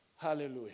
Hallelujah